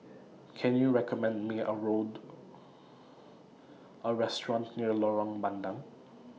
Can YOU recommend Me A Restaurant near Lorong Bandang